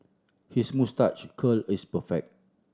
his moustache curl is perfect